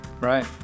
right